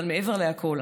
אבל מעבר לכול,